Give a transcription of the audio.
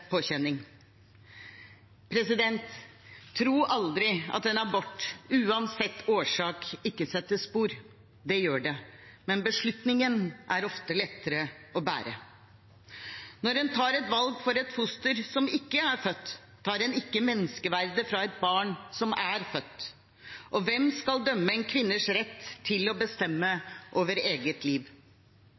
Tro aldri at en abort, uansett årsak, ikke setter spor. Det gjør det. Men beslutningen er ofte lettere å bære. Når en tar et valg for et foster som ikke er født, tar en ikke menneskeverdet fra et barn som er født. Og hvem skal dømme en kvinnes rett til å bestemme over eget liv?